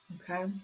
Okay